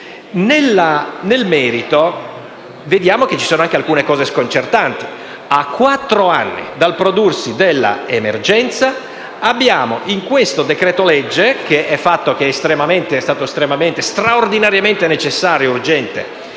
Nel merito vediamo che ci sono anche alcuni aspetti sconcertanti: a quattro anni dal prodursi dell'emergenza, nel decreto-legge in esame, che è stato straordinariamente necessario ed urgente